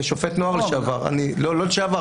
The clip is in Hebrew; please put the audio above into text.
כשופט נוער לשעבר לא לשעבר,